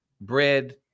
bread